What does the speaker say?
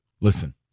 Listen